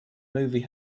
movie